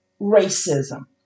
racism